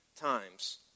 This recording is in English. times